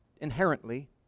inherently